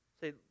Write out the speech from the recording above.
Say